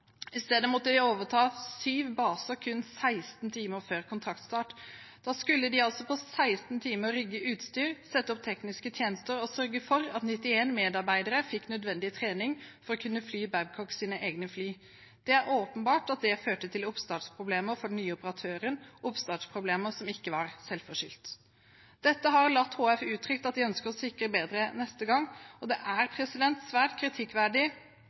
I stedet måtte de overta syv baser kun 16 timer før kontraktstart. Da skulle de altså på 16 timer rigge til utstyr, sette opp tekniske tjenester og sørge for at 91 medarbeidere fikk nødvendig trening for å kunne fly Babcocks egne fly. Det er åpenbart at det førte til oppstartsproblemer for den nye operatøren, oppstartsproblemer som ikke var selvforskyldt. Dette har LAT HF uttrykt at de ønsker å sikre bedre neste gang. Og det er svært kritikkverdig